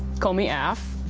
call me af.